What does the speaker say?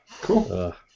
Cool